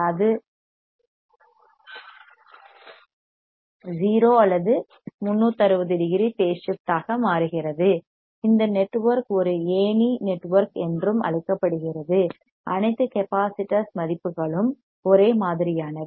அது 0 அல்லது 360 degree phase shift ஆக மாறுகிறது இந்த நெட்வொர்க் ஒரு ஏணி நெட்வொர்க் என்றும் அழைக்கப்படுகிறது அனைத்து கெப்பாசிட்டர்ஸ் மதிப்புகளும் ஒரே மாதிரியானவை